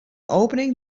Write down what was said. opening